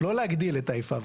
לא הגדיל את האיפה ואיפה.